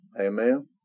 Amen